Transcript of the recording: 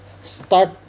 Start